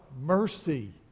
mercy